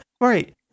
Right